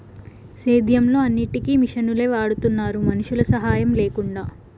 సేద్యంలో అన్నిటికీ మిషనులే వాడుతున్నారు మనుషుల సాహాయం లేకుండా